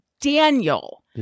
Daniel